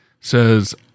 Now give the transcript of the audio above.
says